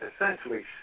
essentially